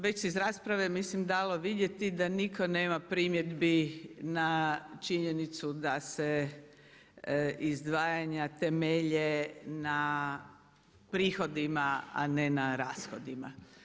Već se iz rasprave mislim dalo vidjeti da nitko nema primjedbi na činjenicu da se izdvajanja temelje na prihodima a ne na rashodima.